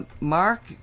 Mark